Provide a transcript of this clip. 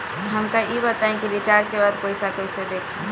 हमका ई बताई कि रिचार्ज के बाद पइसा कईसे देखी?